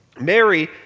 Mary